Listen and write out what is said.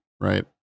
right